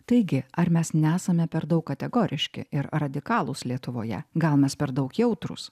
taigi ar mes nesame per daug kategoriški ir radikalūs lietuvoje gal mes per daug jautrūs